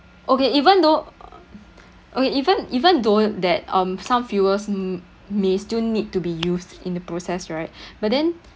okay even though okay even even though that um some fuels m~ may still need to be used in the process right but then